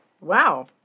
Wow